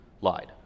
lied